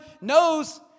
knows